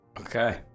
Okay